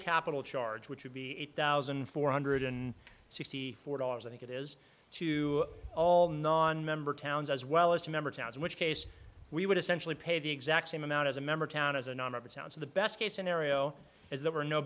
capital charge which would be eight thousand four hundred in sixty four dollars i think it is to all non member towns as well as to member towns in which case we would essentially pay the exact same amount as a member town as a nonmember sounds of the best case scenario as there were no